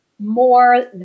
More